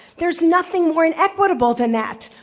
there's nothing more inequitable than that.